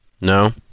No